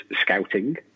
scouting